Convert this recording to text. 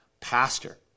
pastor